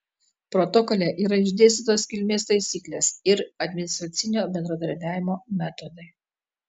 protokole yra išdėstytos kilmės taisyklės ir administracinio bendradarbiavimo metodai